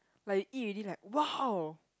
like you eat already like !wow!